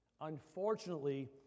Unfortunately